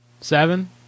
Seven